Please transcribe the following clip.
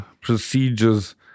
procedures